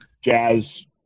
jazz